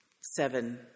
Seven